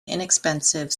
inexpensive